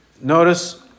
notice